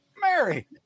Mary